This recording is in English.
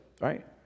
right